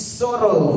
sorrow